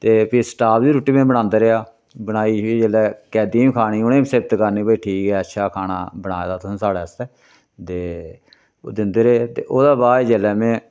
ते फ्ही स्टाप दी रुट्टी बी में बनांदा रेहा बनाई दी जेल्लै कैदियैं बी खानी उनें बी सिफत करनी के ठीक ऐ अच्छा खाना बनाए दा तुसें साढ़ै आस्तै ते दिंदे रेह् ते ओह्दे बाद जिसलै में